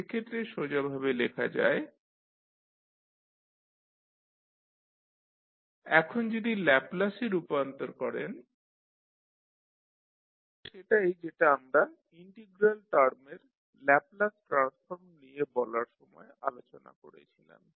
সেক্ষেত্রে সোজাভাবে লেখা যায় yt0txdλ এখন যদি ল্যাপলাসে রূপান্তর করেন Ys1sXs এটা সেটাই যেটা আমরা ইন্টিগ্রাল টার্মের ল্যাপলাস ট্রান্সফর্ম নিয়ে বলার সময় আলোচনা করেছিলাম